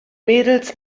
mädels